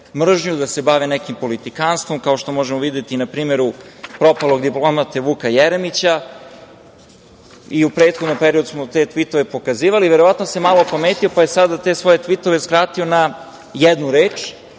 da se bave nekim politikanstvom, kao što možemo videti na primeru propalog diplomate Vuka Jeremića i u prethodnom periodu smo te tvitove pokazivali, verovatno se malo opametio, pa je sada te svoje tvitove skratio na jednu reč